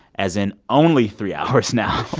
as in only three hours now